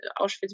Auschwitz